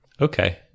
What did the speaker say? Okay